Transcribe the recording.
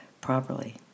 properly